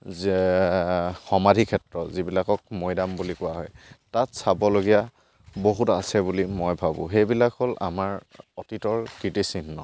সমাধিক্ষেত্ৰ যিবিলাকক মৈদাম বুলি কোৱা হয় তাত চাবলগীয়া বহুত আছে বুলি মই ভাবোঁ সেইবিলাক হ'ল আমাৰ অতীতৰ কীৰ্তিচিহ্ন